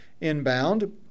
inbound